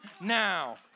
now